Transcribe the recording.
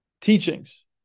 teachings